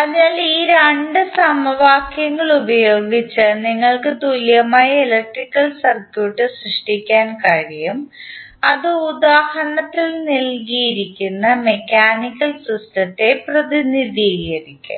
അതിനാൽ ഈ രണ്ട് സമവാക്യങ്ങൾ ഉപയോഗിച്ച് നിങ്ങൾക്ക് തുല്യമായ ഇലക്ട്രിക്കൽ സർക്യൂട്ട് സൃഷ്ടിക്കാൻ കഴിയും അത് ഉദാഹരണത്തിൽ നൽകിയിരിക്കുന്ന മെക്കാനിക്കൽ സിസ്റ്റത്തെ പ്രതിനിധീകരിക്കും